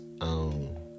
own